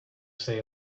say